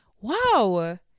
wow